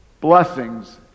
blessings